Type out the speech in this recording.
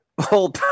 whole